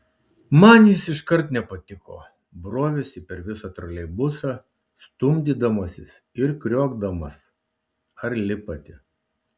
man jis iškart nepatiko brovėsi per visą troleibusą stumdydamasis ir kriokdamas ar lipate